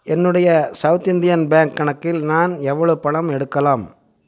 என்னுடைய South Indian Bank கணக்கில் நான் எவ்வளவு பணம் எடுக்கலாம்